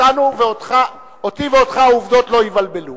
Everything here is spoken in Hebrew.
אותי ואותך העובדות לא יבלבלו.